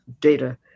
data